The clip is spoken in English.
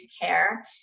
care